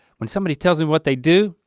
when somebody tells me what they do,